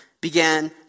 began